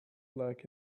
like